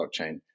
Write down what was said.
blockchain